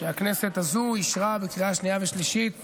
שהכנסת הזו אישרה בקריאה שנייה ושלישית